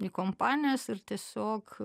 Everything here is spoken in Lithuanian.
į kompanijas ir tiesiog